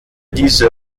diese